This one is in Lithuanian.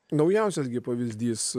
naujausias gi pavyzdys